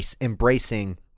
embracing